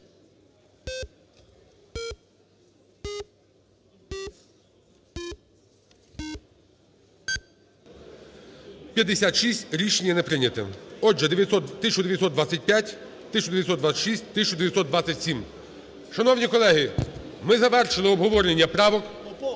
За-56 Рішення не прийняте. Отже, 1925. 1926. 1927. Шановні колеги, ми завершили обговорення право,